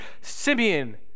Simeon